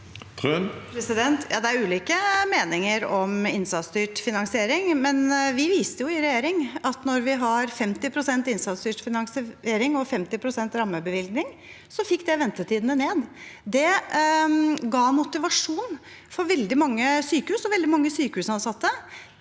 Det er uli- ke meninger om innsatsstyrt finansiering, men vi viste jo i regjering at 50 pst. innsatsstyrt finansiering og 50 pst. rammebevilgning fikk ventetidene ned. Det ga veldig mange sykehus og veldig mange sykehusansatte